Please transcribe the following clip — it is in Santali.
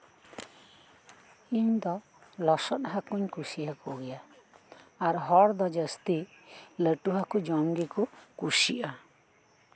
ᱤᱧ ᱫᱚ ᱞᱚᱥᱚᱫ ᱦᱟᱹᱠᱩᱧ ᱠᱩᱥᱤᱭᱟᱠᱚ ᱜᱮᱭᱟ ᱟᱨ ᱦᱚᱲ ᱫᱚ ᱡᱟᱹᱥᱛᱤ ᱞᱟᱹᱴᱩ ᱦᱟᱹᱠᱩ ᱡᱚᱢ ᱜᱮᱠᱚ ᱠᱩᱥᱤᱭᱟᱜᱼᱟ